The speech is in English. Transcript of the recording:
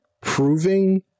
proving